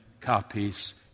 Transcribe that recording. copies